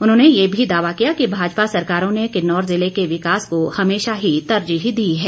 उन्होंने ये भी दावा किया कि भाजपा सरकारों ने किन्नौर ज़िले के विकास को हमेशा ही तरजीह दी है